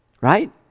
Right